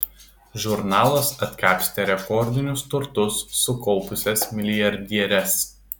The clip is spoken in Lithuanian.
žurnalas atkapstė rekordinius turtus sukaupusias milijardieres